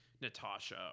Natasha